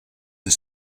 the